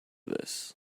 this